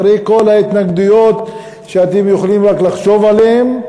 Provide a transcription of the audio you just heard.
אחרי כל ההתנגדויות שאתם יכולים רק לחשוב עליהן,